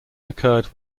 occurred